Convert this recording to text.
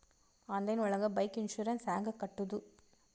Online ಒಳಗೆ bike insurance ಹ್ಯಾಂಗ್ ಕಟ್ಟುದು?